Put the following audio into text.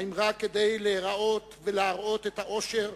האם רק כדי להיראות ולהראות את העושר,